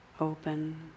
open